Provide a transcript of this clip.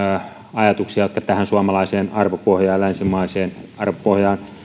ajatuksia jotka tähän suomalaiseen arvopohjaan ja länsimaiseen arvopohjaan